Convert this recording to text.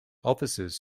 offices